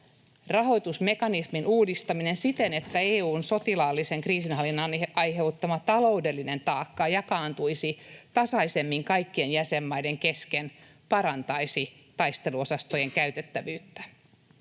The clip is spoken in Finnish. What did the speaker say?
Rahoitusmekanismin uudistaminen siten, että EU:n sotilaallisen kriisinhallinnan aiheuttama taloudellinen taakka jakaantuisi tasaisemmin kaikkien jäsenmaiden kesken, parantaisi taisteluosastojen käytettävyyttä.